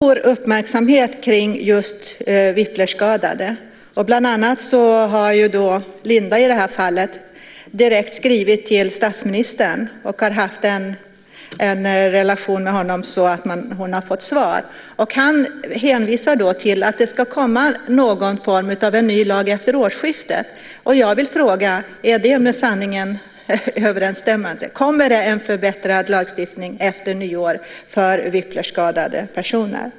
Herr talman! Det har varit ganska stor uppmärksamhet kring just whiplash skadade. Bland annat har Linda i det här fallet skrivit till statsministern, fått kontakt med honom och fått svar. Han hänvisar till att det ska komma någon form av ny lag efter årsskiftet. Jag vill fråga: Är det med sanningen överensstämmande? Kommer det en förbättrad lagstiftning efter nyår för wihplash skadade personer?